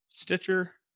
Stitcher